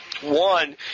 One